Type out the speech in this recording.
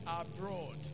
abroad